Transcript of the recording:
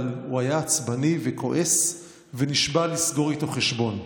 אבל הוא היה עצבני וכועס ונשבע לסגור איתו חשבון.